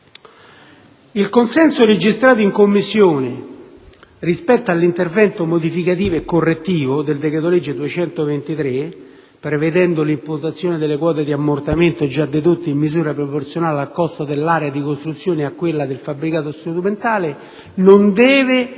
Il consenso registrato in Commissione rispetto all'intervento modificativo e correttivo del decreto-legge n. 223 del 2006, prevedendo l'imputazione delle quote di ammortamento già dedotte in misura proporzionale al costo dell'area di costruzione e a quello del fabbricato strumentale, non deve